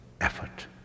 effort